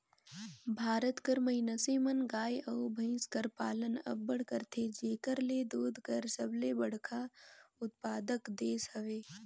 भारत कर मइनसे मन गाय अउ भंइस कर पालन अब्बड़ करथे जेकर ले दूद कर सबले बड़खा उत्पादक देस हवे